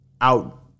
Out